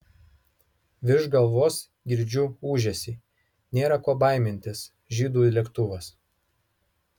virš galvos girdžiu ūžesį nėra ko baimintis žydų lėktuvas